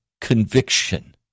conviction